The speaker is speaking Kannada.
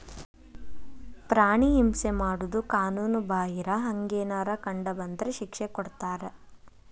ಪ್ರಾಣಿ ಹಿಂಸೆ ಮಾಡುದು ಕಾನುನು ಬಾಹಿರ, ಹಂಗೆನರ ಕಂಡ ಬಂದ್ರ ಶಿಕ್ಷೆ ಕೊಡ್ತಾರ